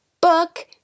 book